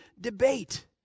debate